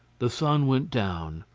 the sun went down.